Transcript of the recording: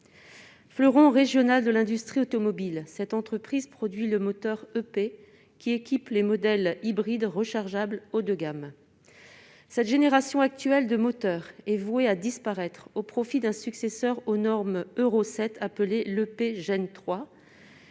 Fleuron régional de l'industrie automobile, cette entreprise produit le moteur EP qui équipe les modèles hybrides rechargeables haut de gamme. Cette génération de moteurs est vouée à disparaître au profit d'un moteur respectant la norme Euro 7, l'EP Gen